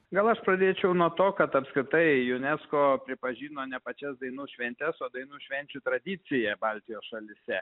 gal aš pradėčiau nuo to kad apskritai unesco pripažino ne pačias dainų šventes o dainų švenčių tradiciją baltijos šalyse